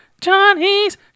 Johnny's